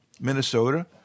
Minnesota